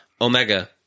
Omega